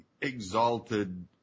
exalted